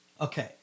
Okay